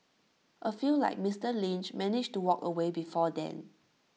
A few like Mister Lynch manage to walk away before then